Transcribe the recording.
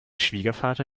schwiegervater